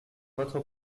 votre